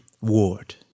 ward